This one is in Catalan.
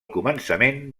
començament